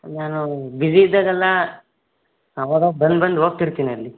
ನಾನು ಬಿಸಿ ಇದ್ದಾಗೆಲ್ಲ ಆಗಾಗ ಬಂದು ಬಂದು ಹೋಗ್ತಿರ್ತೀನಿ ಅಲ್ಲಿ